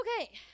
Okay